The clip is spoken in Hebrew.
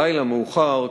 בלילה מאוחר,